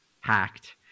hacked